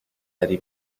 eddie